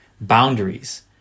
boundaries